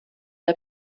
der